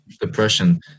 depression